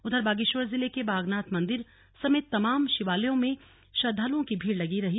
उधर बागेश्वर जिले के बागनाथ मंदिर समेत तमाम शिवालयों में श्रद्धालुओं की भीड़ लगी रही